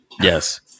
Yes